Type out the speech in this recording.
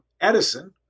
Edison